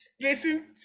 listen